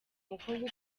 mukobwa